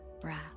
breath